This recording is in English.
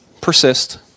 persist